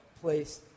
place